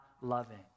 loving